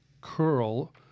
curl